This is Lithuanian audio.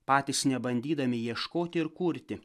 patys nebandydami ieškoti ir kurti